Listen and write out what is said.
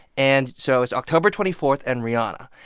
and so it's october twenty four and rihanna.